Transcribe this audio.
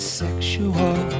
sexual